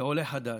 כעולה חדש,